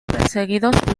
perseguidos